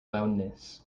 loudness